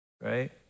right